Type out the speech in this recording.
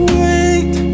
wait